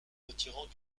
retirant